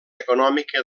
econòmica